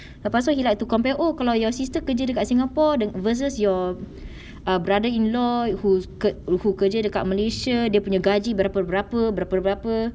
lepas tu he like to compare oh kalau your sister kerja dekat singapore the versus your err brother-in-law who's who kerja dekat malaysia dia punya gaji berapa berapa berapa berapa